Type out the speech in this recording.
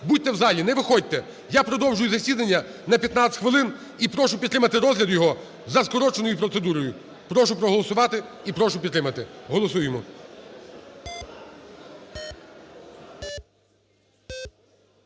Будьте в залі, не виходьте. Я продовжую засідання на 15 хвилин. І прошу підтримати розгляд його за скороченою процедурою, прошу проголосувати і прошу підтримати. Голосуємо.